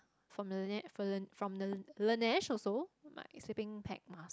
from the Laneige for then from the Laneige also my sleeping pack must